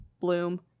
bloom